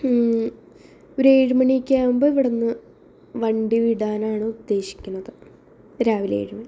ഒരു ഏഴുമണിയൊക്കെ ആവുമ്പോൾ ഇവിടുന്ന് വണ്ടിവിടാനാണ് ഉദ്ദേശിക്കുന്നത് രാവിലെ ഏഴുമണി